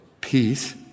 peace